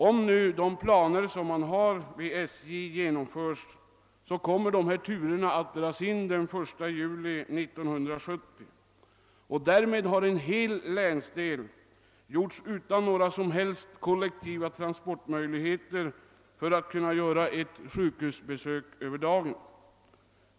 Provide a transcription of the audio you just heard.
Om de planer man har vid SJ genomförs, kommer dessa turer att dras in den 1 juli 1970. Därmed har en hel länsdel blivit utan alla kollektiva transportmöjligheter för att göra ett sjukhusbesök över en dag.